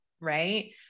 right